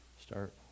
start